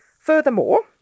Furthermore